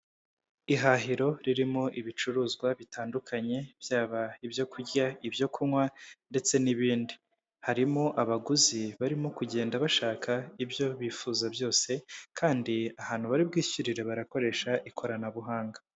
Ihahiro ririmo ibicuruzwa bitandukanye, byaba ibyo kurya, ibyo kunywa, ndetse n'ibindi, harimo abaguzi barimo kugenda bashaka ibyo bifuza, byose kandi ahantu bari bwishyurire barakoresha ikoranabuhanga.